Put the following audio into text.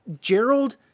Gerald